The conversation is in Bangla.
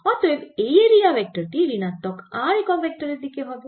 অতএব এই এরিয়া ভেক্টর টি ঋণাত্মক r একক ভেক্টরের দিকে হবে